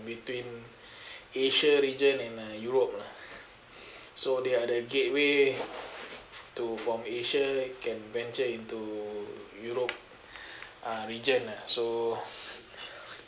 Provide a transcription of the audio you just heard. between asia region and uh europe lah so they are the gateway to from asia can venture into europe uh region uh so